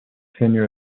tenure